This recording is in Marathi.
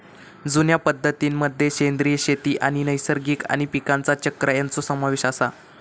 जुन्या पद्धतीं मध्ये सेंद्रिय शेती आणि नैसर्गिक आणि पीकांचा चक्र ह्यांचो समावेश आसा